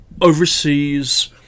overseas